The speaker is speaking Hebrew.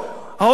ההון השחור,